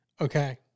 Okay